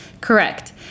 Correct